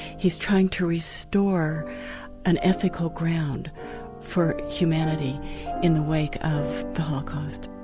he's trying to restore an ethical ground for humanity in the wake of the holocaust.